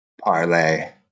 parlay